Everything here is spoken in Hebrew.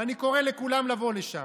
ואני קורא לכולם לבוא לשם.